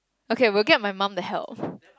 okay we'll get my mum to help